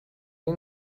این